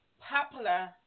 popular